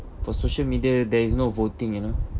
for social media there is no voting you know